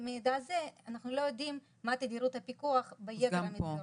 ממידע זה אנחנו לא יודעים מה תדירות הפיקוח ביתר המסגרות.